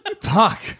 Fuck